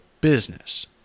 business